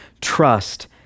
trust